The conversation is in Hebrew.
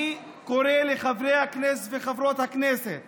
אני קורא לחברות ולחברי הכנסת